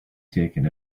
taken